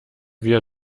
wir